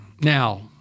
now